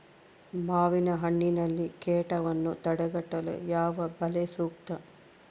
ಮಾವಿನಹಣ್ಣಿನಲ್ಲಿ ಕೇಟವನ್ನು ತಡೆಗಟ್ಟಲು ಯಾವ ಬಲೆ ಸೂಕ್ತ?